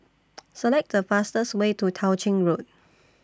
Select The fastest Way to Tao Ching Road